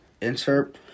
insert